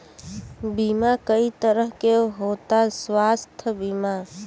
बीमा कई तरह के होता स्वास्थ्य बीमा?